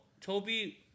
Toby